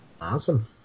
Awesome